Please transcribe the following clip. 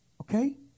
Okay